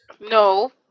No